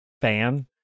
fan